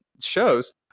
shows